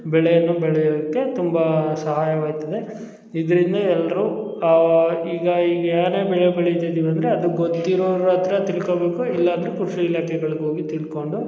ಬೆಳೆಯನ್ನು ಬೆಳಿಯೋಕ್ಕೆ ತುಂಬ ಸಹಾಯವಾಗ್ತದೆ ಇದರಿಂದ ಎಲ್ಲರೂ ಈಗ ಈಗ ಏನೇ ಬೆಳೆ ಬೆಳಿತಾ ಇದೀವಿ ಅಂದರೆ ಅದು ಗೊತ್ತಿರೋರ ಹತ್ರ ತಿಳ್ಕೊಬೇಕು ಇಲ್ಲಾಂದರೆ ಕೃಷಿ ಇಲಾಖೆಗಳಿಗೋಗಿ ತಿಳ್ಕೊಂಡು